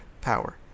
power